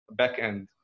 backend